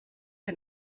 hij